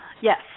Yes